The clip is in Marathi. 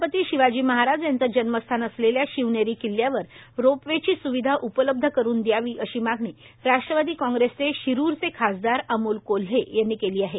छत्रपती शिवाजी महाराज यांचं जन्मस्थान असलेल्या शिवनेरी किल्ल्यावर रोप वे ची सुविधा उपलब्ध करून द्यावी अशी मागणी राष्ट्रवादी काँग्रेसचे शिरुरचे खासदार अमोल कोल्हे यांनी केली आहे